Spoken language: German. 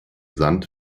sand